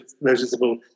noticeable